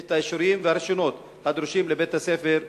את האישורים והרשיונות הדרושים לבית-הספר בלוד.